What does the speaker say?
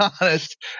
honest